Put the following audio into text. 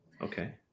Okay